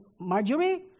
Marjorie